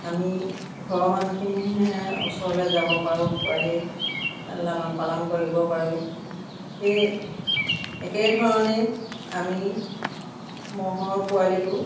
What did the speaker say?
আমি ঘৰৰ মানুহখিনিহে ওচৰলে যাব পাৰোঁ পোৱালি লালন পালন কৰিব পাৰোঁ সেয়ে একেধৰণে আমি ম'হৰ পোৱালিকো